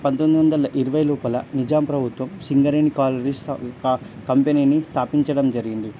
పంతొమ్మిది వందల ఇరవై లోపల నిజాం ప్రభుత్వం సింగరేణి కాలరీస్ క కంపెనీని స్థాపించడం జరిగింది